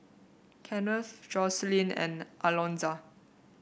Kennth Jocelyn and Alonza